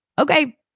okay